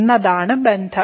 എന്നതാണ് ബന്ധം